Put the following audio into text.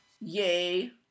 Yay